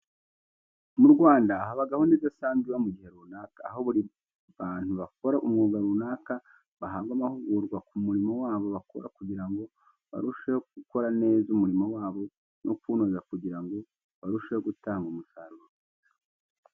Mu Rwanda haba gahunda idasanzwe iba mu gihe runaka, aho buri bantu bakora umwuga runaka bahabwa amahugurwa ku murimo wabo bakora kugira ngo barusheho gukora neza umurimo wabo no kuwunoza kugira ngo barusheho gutanga umusaruro mwiza.